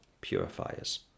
purifiers